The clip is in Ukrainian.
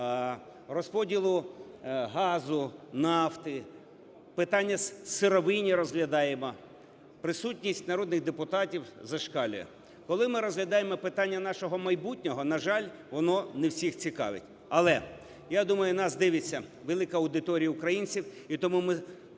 розподілу газу, нафти, питання сировинні розглядаємо, присутність народних депутатів зашкалює. Коли ми розглядаємо питання нашого майбутнього, на жаль, воно не всіх цікавить. Але, я думаю, нас дивиться велика аудиторія українців. І тому ми